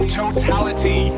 totality